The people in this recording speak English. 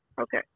Okay